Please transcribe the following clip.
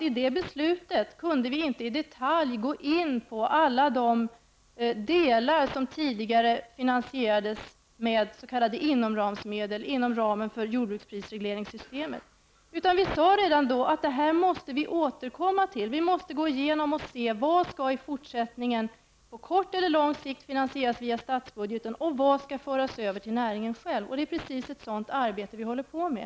I det beslutet kunde vi inte i detalj gå in på alla de delar som tidigare finansierades med s.k. inomramsmedel, dvs. inom ramen för systemet för jordbruksprisreglering. Vi sade redan då att vi måste återkomma till detta, gå igenom och se vad som i fortsättningen på kort eller lång sikt skall finansieras via statsbudgeten och vad som skall föras över till näringen själv. Det är precis ett sådant arbete vi håller på med.